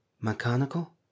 mechanical